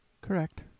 Correct